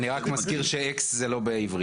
אני רק מזכיר שאקס זה לא בעברית.